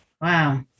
Wow